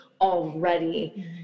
already